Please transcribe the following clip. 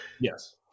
Yes